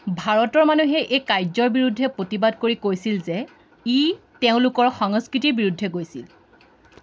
ভাৰতৰ মানুহে এই কাৰ্যৰ বিৰুদ্ধে প্ৰতিবাদ কৰি কৈছিল যে ই তেওঁলোকৰ সংস্কৃতিৰ বিৰুদ্ধে গৈছিল